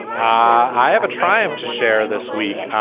i have a triumph to share this week.